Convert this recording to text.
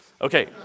Okay